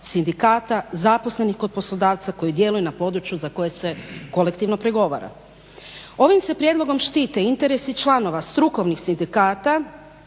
sindikata, zaposlenih kod poslodavca koji djeluje na području za koje se kolektivno pregovara. Ovim se prijedlogom štite interesi članova, strukovnih sindikata